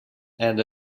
and